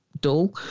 Dull